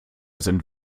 sind